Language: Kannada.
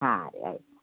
ಹಾಂ ರೀ ಆಯ್ತು